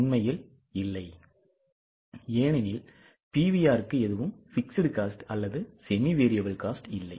உண்மையில் இல்லை ஏனெனில் PVRக்கு எதுவும் fixed cost அல்லது semi variable cost இல்லை